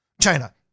China